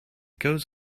goes